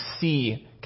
see